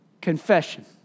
Confession